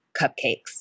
cupcakes